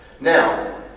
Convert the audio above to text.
Now